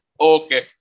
Okay